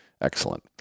Excellent